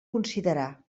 considerar